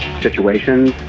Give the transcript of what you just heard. Situations